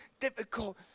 difficult